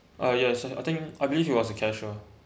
uh yes I think I believe he was a cashier